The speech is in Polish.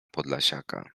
podlasiaka